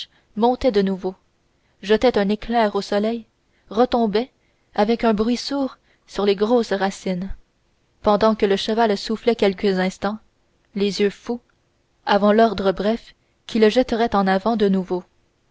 montaient de nouveau jetaient un éclair au soleil retombaient avec un bruit sourd sur les grosses racines pendant que le cheval soufflait quelques instants les yeux fous avant l'ordre bref qui le jetterait en avant de nouveau